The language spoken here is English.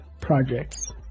projects